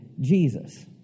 Jesus